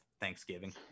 Thanksgiving